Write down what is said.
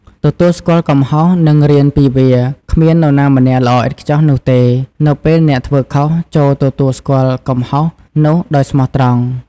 ទទួលស្គាល់កំហុស និងរៀនពីវាគ្មាននរណាម្នាក់ល្អឥតខ្ចោះនោះទេ។ នៅពេលអ្នក ធ្វើខុស ចូរ ទទួលស្គាល់កំហុស នោះដោយស្មោះត្រង់ ។